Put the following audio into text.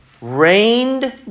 rained